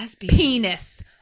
Penis